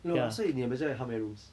no ah 所以你的 maisonette 有 how many rooms